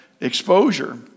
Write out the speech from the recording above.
exposure